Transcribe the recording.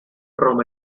from